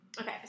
Okay